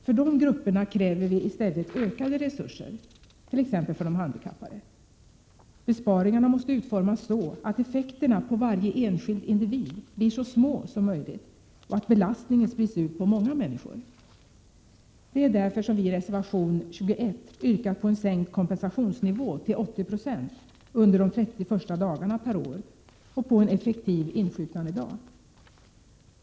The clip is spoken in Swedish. För dessa grupper kräver vi i stället ökade resurser, t.ex. för de handikappade. Besparingarna måste utformas på ett sådant sätt att effekterna på varje enskild individ blir så små som möjligt och genom att belastningen sprids ut på många människor. Det är därför som vi i reservation 21 yrkat på en till 80 76 sänkt kompensationsnivå under de 30 första dagarna per år och på en effektiv insjuknandedag.